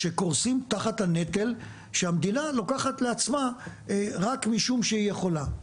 שקורסים תחת הנטל שהמדינה לוקחת לעצמה רק משום שהיא יכולה.